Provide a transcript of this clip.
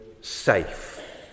safe